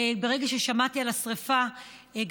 ברגע ששמעתי על השרפה,